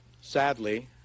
Sadly